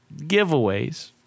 giveaways